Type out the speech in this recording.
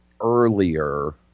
earlier